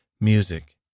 Music